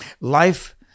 Life